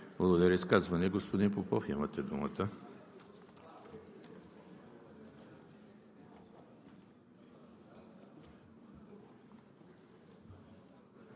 Благодаря. Изказвания? Господин Попов, имате думата.